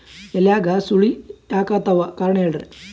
ಎಲ್ಯಾಗ ಸುಳಿ ಯಾಕಾತ್ತಾವ ಕಾರಣ ಹೇಳ್ರಿ?